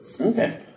Okay